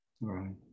right